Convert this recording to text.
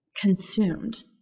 consumed